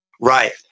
Right